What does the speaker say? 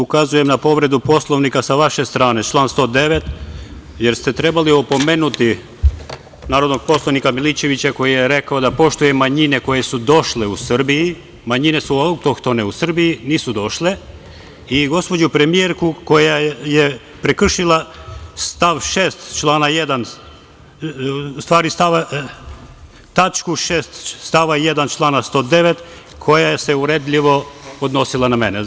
Ukazujem na povredu Poslovnika sa vaše strane, član 109, jer ste trebali opomenuti narodnog poslanika Milićevića koji je rekao da poštuje manjine koje su došle u Srbiju, manjine su autohtone u Srbiji, nisu došle, i gospođu premijerku koja je prekršila tačku 6) stav 1. člana 109. koja se uvredljivo odnosila na mene.